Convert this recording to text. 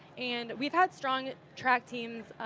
and we've had strong track teams.